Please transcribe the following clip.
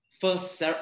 first